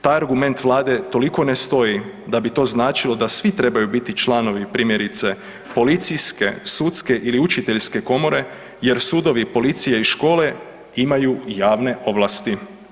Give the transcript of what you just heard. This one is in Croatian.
Taj argument Vlade toliko ne stoji da bi to značilo da svi trebaju biti članovi primjerice policijske, sudske ili učiteljske komore jer sudovi, policija i škole imaju javne ovlasti.